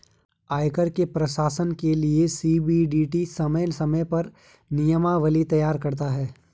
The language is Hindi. आयकर के प्रशासन के लिये सी.बी.डी.टी समय समय पर नियमावली तैयार करता है